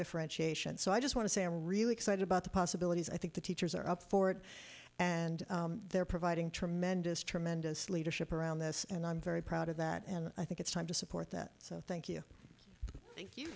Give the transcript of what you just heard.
differentiation so i just want to say i'm really excited about the possibilities i think the teachers are up for it and they're providing tremendous tremendous leadership around this and i'm very proud of that and i think it's time to support that so thank you thank you